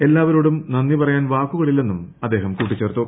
എല്ലാവരോടും നന്ദി പറയാൻ വാക്കുകളില്ലെന്നും അദ്ദേഹം കൂട്ടിച്ചേർത്തു